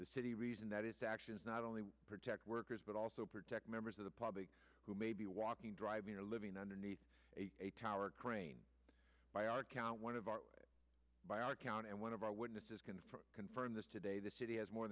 the city reason that its actions not only protect workers but also protect members of the public who may be walking driving or living underneath a tower crane by our count one of our by our count and one of our witnesses can confirm this today the city has more